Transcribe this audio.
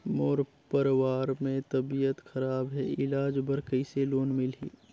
मोर परवार मे तबियत खराब हे इलाज बर कइसे लोन मिलही?